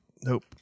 Nope